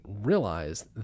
realize